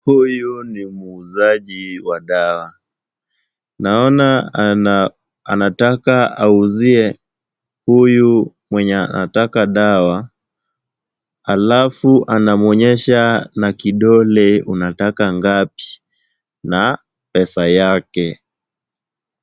Huyu ni muuzaji wa dawa. Naona anataka auzie huyu mwenye anataka dawa alafu anamwonyesha na kidole unataka ngapi na pesa yake.